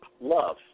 Love